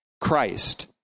Christ